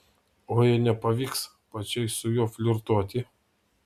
o jei nepavyks pačiai su juo flirtuoti